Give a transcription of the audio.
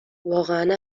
واقعا